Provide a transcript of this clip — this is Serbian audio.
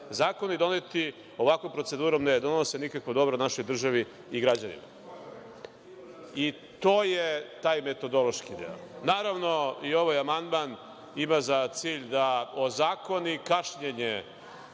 doneti ovakvom procedurom ne donose ništa dobro našoj državi i građanima. To je taj metodološki deo. Naravno, i ovaj amandman ima za cilj da ozakoni kašnjenje